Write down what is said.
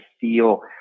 feel